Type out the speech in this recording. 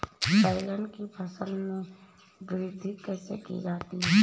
बैंगन की फसल में वृद्धि कैसे की जाती है?